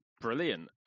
brilliant